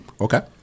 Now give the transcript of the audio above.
Okay